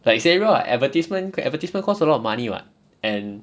like say real ah advertisement advertisement cost a lot of money [what] and